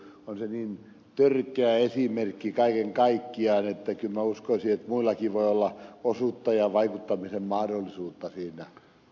on se niin törkeä esimerkki kaiken kaikkiaan että kyllä minä uskoisin että muillakin voi olla osuutta ja vaikuttamisen mahdollisuutta siinä